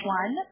one